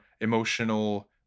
emotional